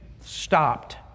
stopped